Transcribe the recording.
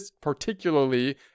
particularly